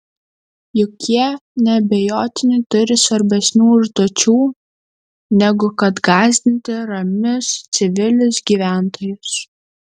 juk jie neabejotinai turi svarbesnių užduočių negu kad gąsdinti ramius civilius gyventojus